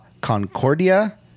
Concordia